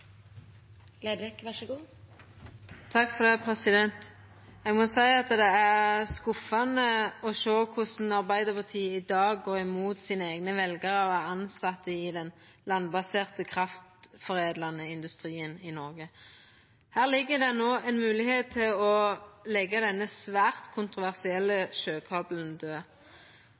skuffande å sjå korleis Arbeidarpartiet i dag går imot sine eigne veljarar og tilsette i den landbaserte kraftforedlande industrien i Noreg. Her ligg det no ei moglegheit til å leggja denne svært kontroversielle